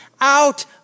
out